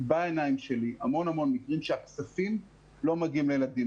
בעיניים שלי המון מקרים שהכספים לא מגיעים לילדים.